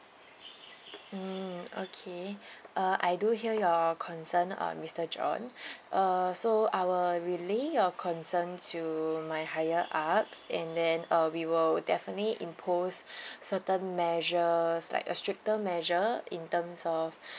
mm okay uh I do hear your concern uh mister john uh so I will relay your concern to my higher ups and then uh we will definitely impose certain measures like a stricter measure in terms of